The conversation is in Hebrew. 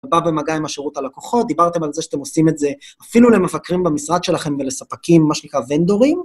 בא במגע עם שירות הלקוחות, דיברתם על זה שאתם עושים את זה אפילו למבקרים במשרד שלכם ולספקים, מה שנקרא, ונדורים